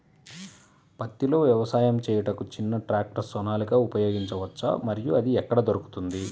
పత్తిలో వ్యవసాయము చేయుటకు చిన్న ట్రాక్టర్ సోనాలిక ఉపయోగించవచ్చా మరియు అది ఎక్కడ దొరుకుతుంది?